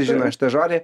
žino šitą žodį